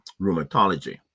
rheumatology